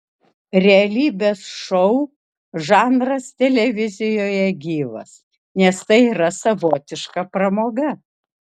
realybės šou žanras televizijoje gyvas nes tai yra savotiška pramoga